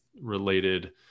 related